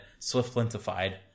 SwiftLintified